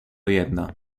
jedna